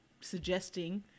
suggesting